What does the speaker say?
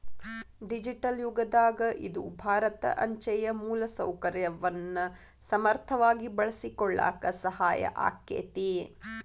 digital ಯುಗದಾಗ ಇದು ಭಾರತ ಅಂಚೆಯ ಮೂಲಸೌಕರ್ಯವನ್ನ ಸಮರ್ಥವಾಗಿ ಬಳಸಿಕೊಳ್ಳಾಕ ಸಹಾಯ ಆಕ್ಕೆತಿ